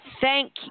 thank